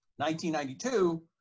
1992